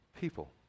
People